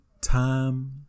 time